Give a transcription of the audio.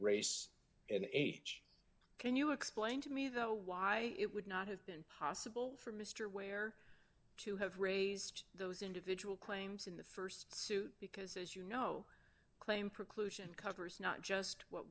race and age can you explain to me though why it would not have been possible for mr ware to have raised those individual claims in the st suit because as you know claim preclusion covers not just what